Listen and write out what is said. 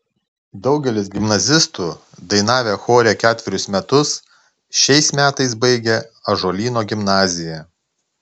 daugelis gimnazistų dainavę chore ketverius metus šiais metais baigia ąžuolyno gimnaziją